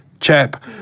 chap